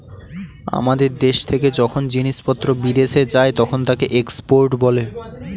আমাদের দেশ থেকে যখন জিনিসপত্র বিদেশে যায় তখন তাকে এক্সপোর্ট বলে